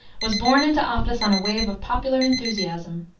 was borne into office on a wave of popular enthusiasm.